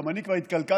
גם אני כבר התקלקלתי,